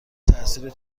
تاثیر